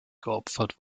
geopfert